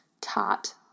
taught